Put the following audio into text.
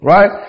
Right